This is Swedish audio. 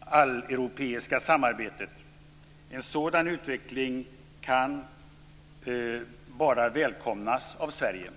alleuropeiska samarbetet. En sådan utveckling kan bara välkomnas av Sverige.